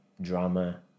drama